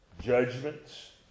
judgments